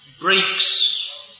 breaks